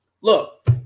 Look